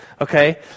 Okay